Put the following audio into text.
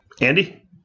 Andy